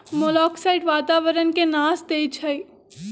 मोलॉक्साइड्स वातावरण के नाश देई छइ